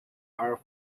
are